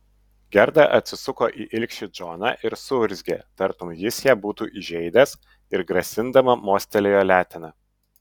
gerda atsisuko į ilgšį džoną ir suurzgė tartum jis ją būtų įžeidęs ir grasindama mostelėjo letena